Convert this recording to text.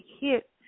hit